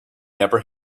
have